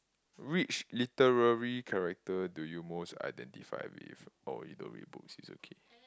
which literary character do you most identify with oh you don't read books is okay